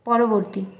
পরবর্তী